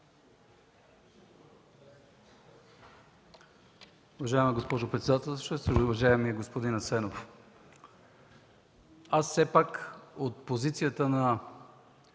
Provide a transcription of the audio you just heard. Уважаема госпожо председателстващ, уважаеми господин Асенов! Аз все пак от позицията на